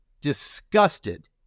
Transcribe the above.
disgusted